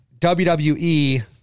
WWE